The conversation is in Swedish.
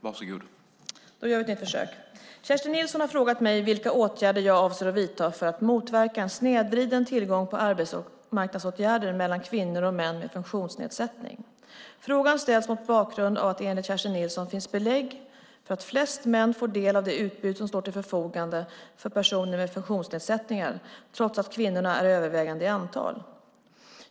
Herr talman! Kerstin Nilsson har frågat mig vilka åtgärder jag avser att vidta för att motverka en snedvriden tillgång på arbetsmarknadsåtgärder mellan kvinnor och män med funktionsnedsättningar. Frågan ställs mot bakgrund av att det enligt Kerstin Nilsson finns belägg för att flest män får del av det utbud som står till förfogande för personer med funktionsnedsättningar, trots att kvinnorna är övervägande i antal.